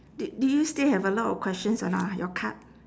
did do you still have a lot of questions on uh your card